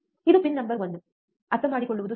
ಇದು pin number one ಅರ್ಥಮಾಡಿಕೊಳ್ಳುವುದು ಸುಲಭ